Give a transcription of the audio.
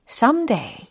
someday